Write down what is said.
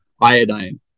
iodine